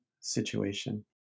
situation